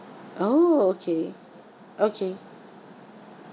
oh okay okay